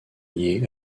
liés